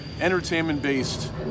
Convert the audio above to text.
entertainment-based